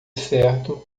certo